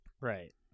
Right